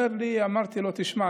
אמרתי לו: תשמע,